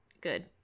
Good